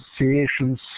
Associations